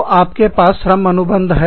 तो आपके पास श्रम अनुबंध है